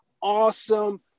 awesome